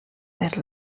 per